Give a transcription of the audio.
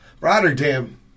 Rotterdam